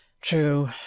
True